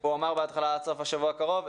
הוא אמר בתחילה עד סוף השבוע הקרוב.